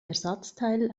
ersatzteil